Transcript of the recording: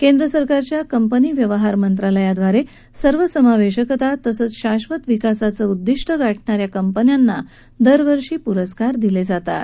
केंद्रसरकारच्या कंपनी व्यवहार मंत्रालयाद्वारे सर्वसमावेशकता तसंच शाश्वत विकासाचं लक्ष्य गाठणा या कंपन्यांना दरवर्षी पुरस्कारदिले जातात